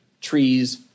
trees